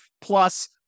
Plus